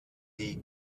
die